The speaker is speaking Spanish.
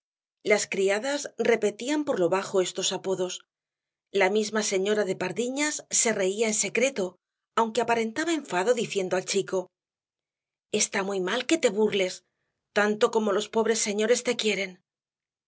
las criadas repetían por lo bajo estos apodos la misma señora de pardiñas se reía en secreto aunque aparentaba enfado diciendo al chico está muy mal que te burles tanto como los pobres señores te quieren